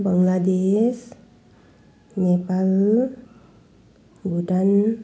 Bangladesh Nepal Bhutan